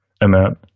amount